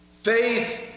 Faith